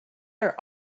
are